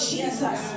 Jesus